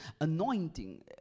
anointing